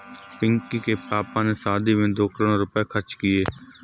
पिंकी के पापा ने शादी में दो करोड़ रुपए खर्च किए